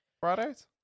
Fridays